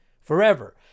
Forever